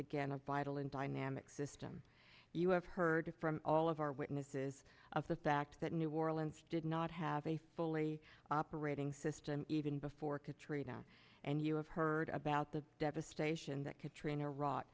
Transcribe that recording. again a vital and dynamic system you have heard from all of our witnesses of the fact that new orleans did not have a fully operating system even before katrina and you have heard about the devastation that